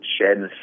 sheds